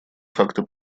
факты